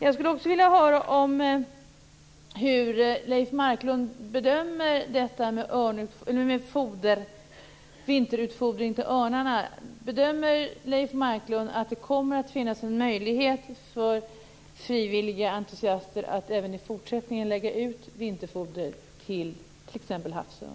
Jag skulle också vilja höra hur Leif Marklund bedömer detta med vinterutfodring till örnar. Bedömer Leif Marklund att det kommer att finnas en möjlighet för frivilliga entusiaster att även i fortsättningen lägga ut vinterfoder till t.ex. havsörn?